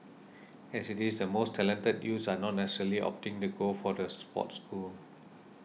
as it is the most talented youth are not necessarily opting to go the sports school